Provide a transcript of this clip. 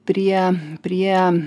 prie prie